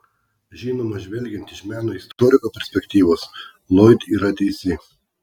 žinoma žvelgiant iš meno istoriko perspektyvos loyd yra teisi